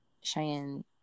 Cheyenne